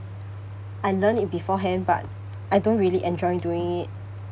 I learn it beforehand but I don't really enjoy doing it